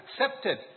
accepted